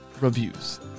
reviews